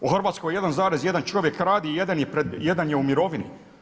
U Hrvatskoj 1,1 čovjek radi, jedan je u mirovini.